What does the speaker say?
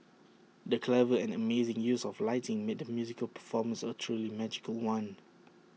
the clever and amazing use of lighting made the musical performance A truly magical one